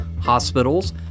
hospitals